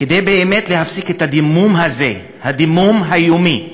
כדי באמת להפסיק את הדימום הזה, הדימום היומי,